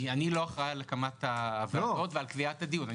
אני לא אחראי על הקמת הוועדות ועל קביעת הדיון.